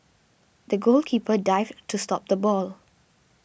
the goalkeeper dived to stop the ball